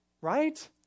right